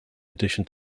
addition